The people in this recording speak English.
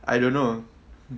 I don't know